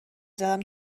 زدم